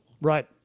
Right